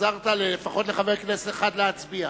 עזרת לפחות לחבר כנסת אחד להצביע.